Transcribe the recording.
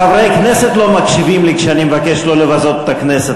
חברי כנסת לא מקשיבים לי כשאני מבקש שלא לבזות את הכנסת.